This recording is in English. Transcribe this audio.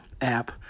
app